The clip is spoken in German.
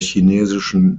chinesischen